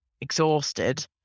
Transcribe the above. exhausted